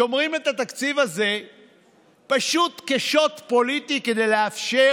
שומרים את התקציב הזה פשוט כשוט פוליטי כדי לאפשר